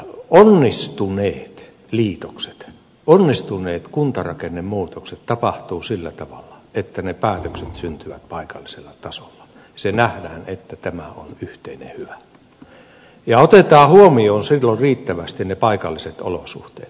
onnistuneet liitokset onnistuneet kuntarakennemuutokset tapahtuvat sillä tavalla että ne päätökset syntyvät paikallisella tasolla ja nähdään että tämä on yhteinen hyvä ja otetaan huomioon riittävästi ne paikalliset olosuhteet